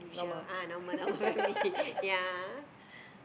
normal